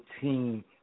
team